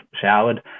showered